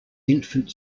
infant